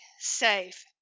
safe